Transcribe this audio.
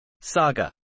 Saga